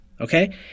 okay